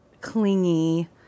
clingy